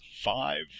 Five